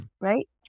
right